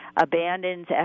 abandons